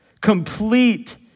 Complete